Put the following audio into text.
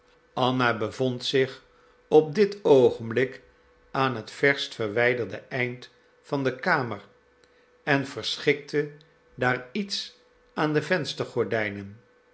anna bevond zich op dit oogenblik aan het verst verwijderde eind van de kamer en verschikte daar iets aan de